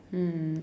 mm